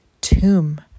tomb